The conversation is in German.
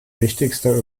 wichtigster